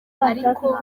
ariko